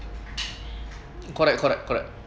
correct correct correct